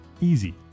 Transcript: Easy